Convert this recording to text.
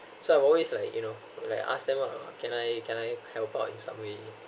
so I'm always like you know like ask them ah can I can I help out in some way